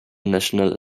national